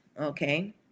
okay